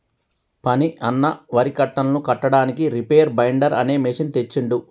ఫణి అన్న వరి కట్టలను కట్టడానికి రీపేర్ బైండర్ అనే మెషిన్ తెచ్చిండు